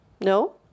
No